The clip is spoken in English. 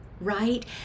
right